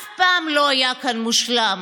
אף פעם לא היה כאן מושלם,